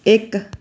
ਇੱਕ